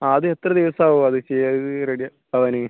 ആ അത് എത്ര ദിവസം ആവും അത് ചെയ്യാൻ ഇത് റെഡി ആവാൻ